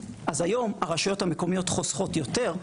אז היום הרשויות המקומיות חוסכות יותר.